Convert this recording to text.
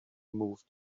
moved